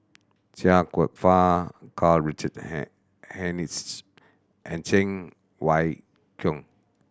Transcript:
Chia Kwek Fah Karl Richard Hanitsch and Cheng Wai Keung